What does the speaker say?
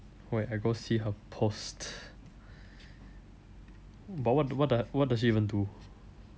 wait I go see her post but what d~ what does she even do